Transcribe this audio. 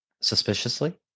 suspiciously